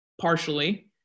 partially